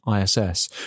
ISS